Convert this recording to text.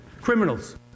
Criminals